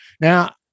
Now